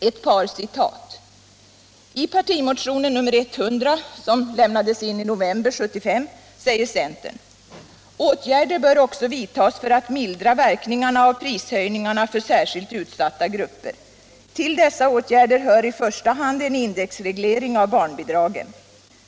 Ett par citat: I partimotionen 100, dagtecknad i november 1975, säger centern: "Är gärder bör också vidtas för att mildra verkningarna av prishöjningarna för särskilt utsatta grupper. Till dessa åtgärder hör i första hand en indexreglering av barnbidragen.